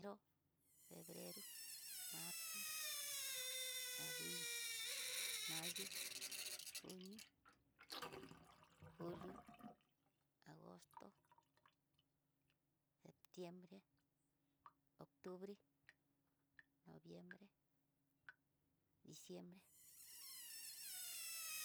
Enero, febrero, marzo, abril, mayo, junio, julio, agosto, septiembre, ocutubre, noviembre, diciembre.